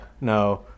No